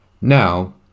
Now